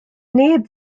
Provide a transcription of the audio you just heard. neb